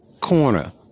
corner